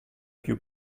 più